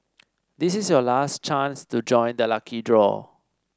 this is your last chance to join the lucky draw